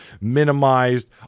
minimized